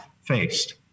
faced